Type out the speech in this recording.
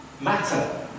matter